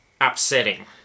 upsetting